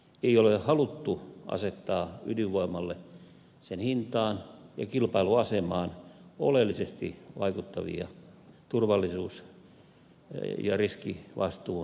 ei ole haluttu asettaa ydinvoimalle sen hintaan ja kilpailuasemaan oleellisesti vaikuttavia turvallisuus ja riskivastuun vaatimuksia